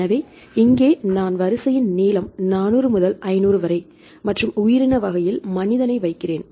எனவே இங்கே நான் வரிசையின் நீளம் 400 முதல் 500 வரை மற்றும் உயிரின வகையில் மனிதனை வைக்கிறேன்